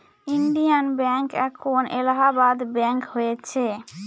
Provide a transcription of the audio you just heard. Indian bank এখন Allahabad bank হয়েছে